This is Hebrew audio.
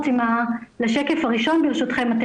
נרוץ לשקף הראשון ברשותכם.